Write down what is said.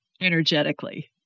energetically